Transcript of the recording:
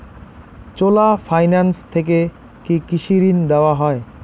চোলা Finance থেকে কি কৃষি ঋণ দেওয়া হয়?